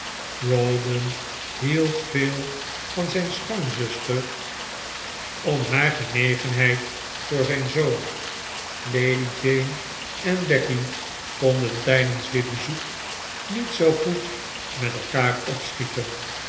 rawdon hield veel van zijn schoonzuster om haar genegenheid voor zijn zoon lady jane en becky konden tijdens dit bezoek niet zoo goed met elkaar opschieten